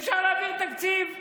אפשר להעביר תקציב.